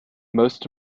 most